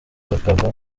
bakava